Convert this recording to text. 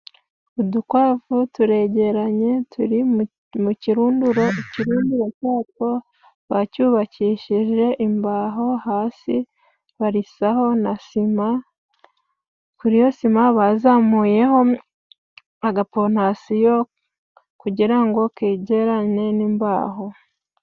Udukwavu turegeranye turi mu kirunduro, ikirunduro cyatwo bacyubakishije imbaho, hasi barisaho na sima, kuriyo sima bazamuyeho agafondasiyo, kugira ngo kegerane n'imbaho.